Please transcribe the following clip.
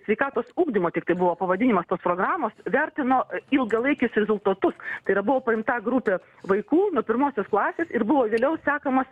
sveikatos ugdymo tiktai buvo pavadinimas tos programos vertino ilgalaikius rezultatus tai yra buvo paimta grupė vaikų nuo pirmosios klasės ir buvo vėliau sekamas